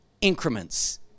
increments